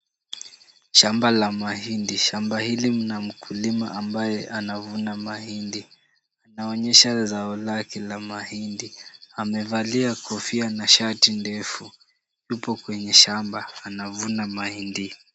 Shamba la mahindi. Shamba hili mna mkulima ambaye anavuna mahindi. Anaonyesha zao lake la mahindi. Amevalia kofia na shati ndefu. Yupo kwenye shamba anavuna mahindi.